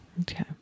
Okay